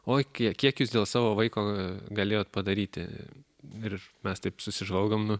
oi kiek kiek jūs dėl savo vaiko galėjot padaryti ir mes taip susižvalgom nu